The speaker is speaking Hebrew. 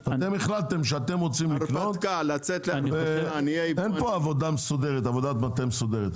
אתם החלטתם שאתם רוצים לקנות ואין פה עבודת מטה מסודרת,